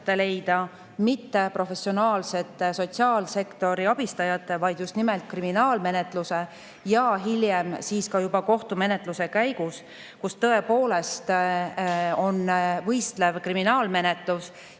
mitte professionaalsete sotsiaalsektori abistajate tõttu, vaid just nimelt kriminaalmenetluse ja hiljem juba kohtumenetluse käigus, kus tõepoolest on võistlev kriminaalmenetlus